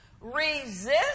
Resist